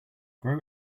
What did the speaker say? grow